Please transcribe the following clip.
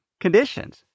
conditions